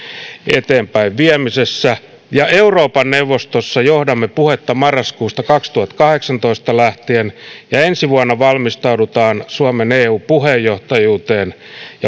eteenpäinviemisessä euroopan neuvostossa johdamme puhetta marraskuusta kaksituhattakahdeksantoista lähtien ja ensi vuonna valmistaudutaan suomen eu puheenjohtajuuteen